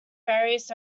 various